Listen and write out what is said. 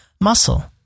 muscle